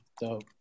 Dope